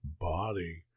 body